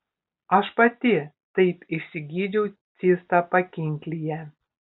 aš pati taip išsigydžiau cistą pakinklyje